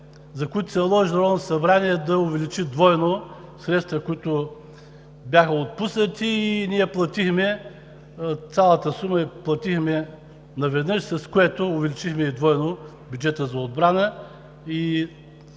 за които се наложи Народното събрание да увеличи двойно средствата, които бяха отпуснати. Ние платихме цялата сума наведнъж, с което увеличихме двойно бюджета за отбрана